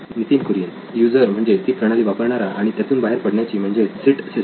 Nitin Kurian user म्हणजे ती प्रणाली वापरणारा आणि त्यातून बाहेर पडण्याची म्हणजेच एक्झिट सिस्टम